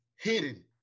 hidden